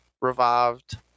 revived